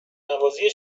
نوازی